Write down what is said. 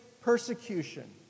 persecution